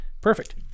perfect